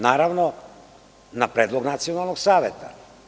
Naravno, na predlog Nacionalnog saveta.